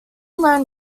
loan